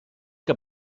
que